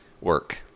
work